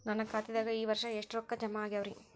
ನನ್ನ ಖಾತೆದಾಗ ಈ ವರ್ಷ ಎಷ್ಟು ರೊಕ್ಕ ಜಮಾ ಆಗ್ಯಾವರಿ?